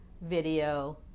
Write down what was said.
video